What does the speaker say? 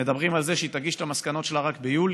ומדברים על זה שהיא תגיש את המסקנות שלה רק ביולי.